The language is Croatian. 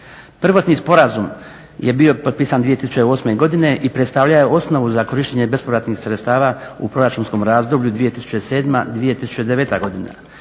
Prvotni sporazum je bio potpisan 2008. godine i predstavljao je osnovu za korištenje bespovratnih sredstava u proračunskom razdoblju 2007.-2009. godina.